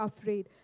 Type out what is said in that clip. afraid